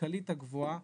הכלכלית הגבוהה